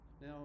Now